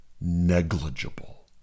negligible